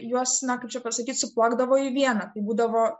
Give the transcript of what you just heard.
juos na kaip čia pasakyt suplakdavo į vieną tai būdavo